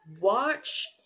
Watch